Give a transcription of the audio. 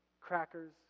crackers